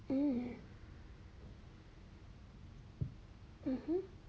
hmm mmhmm